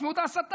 תשמעו את ההסתה,